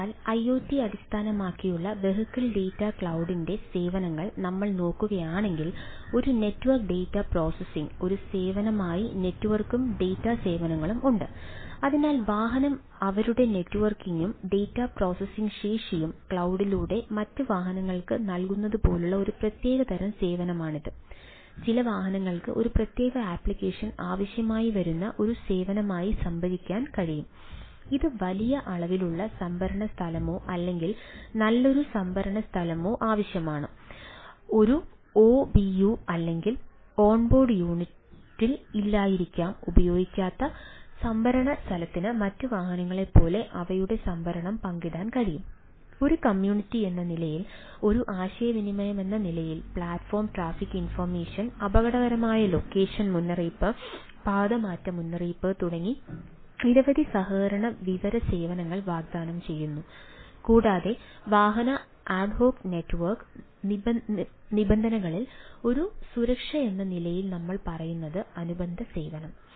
അതിനാൽ ഐഒടി അടിസ്ഥാനമാക്കിയുള്ള vehicle data ക്ലൌഡിന്റെ നിബന്ധനകളിൽ ഒരു സുരക്ഷയെന്ന നിലയിൽ നമ്മൾ പറയുന്നത് അനുബന്ധ സേവനം